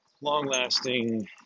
long-lasting